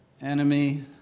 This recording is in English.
enemy